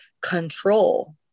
control